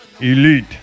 Elite